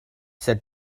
sed